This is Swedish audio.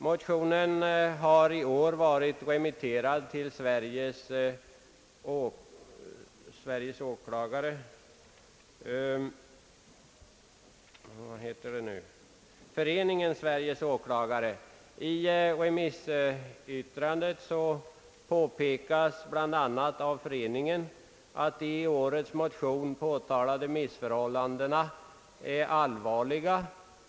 Motionen har i år varit remitterad till Föreningen Sveriges åklagare. I remissyttrandet påpekas bl.a. av föreningen, att de i årets motion påtalade missförhållandena är allvarliga.